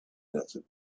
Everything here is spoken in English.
desert